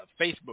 Facebook